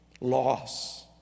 loss